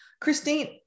christine